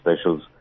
specials